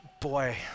boy